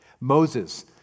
Moses